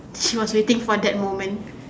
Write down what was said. was waiting for that moment